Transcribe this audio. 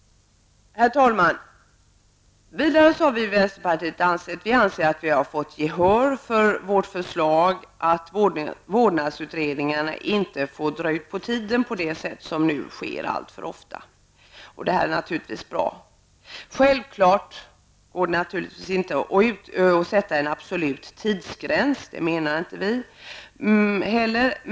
Vi i vänsterpartiet anser att vi har fått gehör för vårt förslag om att vårdnadsutredningar inte skall få dra ut på tiden på det sätt som sker alltför ofta nu, och det är naturligtvis bra. Självfallet går det inte att fastställa en absolut tidsgräns -- det menar vi inte heller att man skall göra.